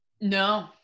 No